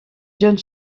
jeunes